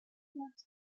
pronounced